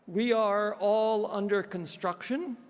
we are all under construction